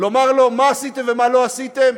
לומר לו מה עשיתם ומה לא עשיתם?